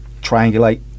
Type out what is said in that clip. triangulate